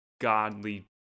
godly